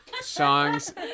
songs